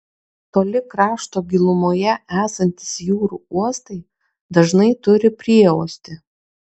toli krašto gilumoje esantys jūrų uostai dažnai turi prieuostį